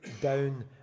down